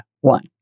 one